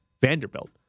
Vanderbilt